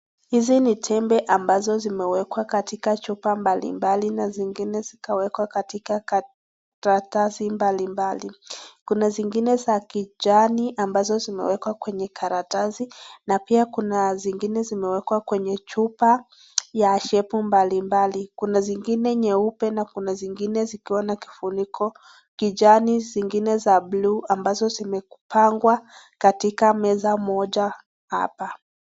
Hizi ni tembe ambazo zimewekwa katika chupa mbalimbali na zingine zikawekwa katika karatasi mbalimbali .Kuna zingine za kijana ambazo zimewekwa kwenye karatasi na pia kuna zingine zimewekwa kwenye chupa ya shepu mbalimbali. Kuna zingine nyeupe na kuna zingine zikiwa na kifuniko kijani na zingine za blue ambazo zimepangwa katika meza moja hapa.